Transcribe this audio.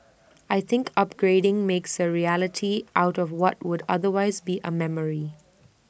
I think upgrading makes A reality out of what would otherwise be A memory